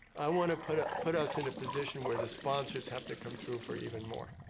i want to put ah put us in a position where the sponsors have to come through for even more.